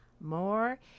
more